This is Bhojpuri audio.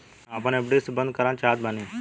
हम आपन एफ.डी बंद करना चाहत बानी